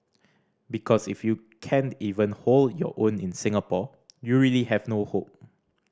because if you can't even hold your own in Singapore you really have no hope